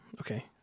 okay